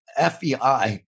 FBI